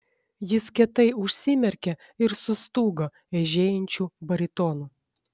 jis kietai užsimerkė ir sustūgo eižėjančiu baritonu